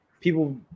people